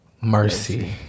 mercy